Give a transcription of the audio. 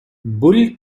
bull